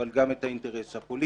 אבל גם את האינטרס הפוליטי.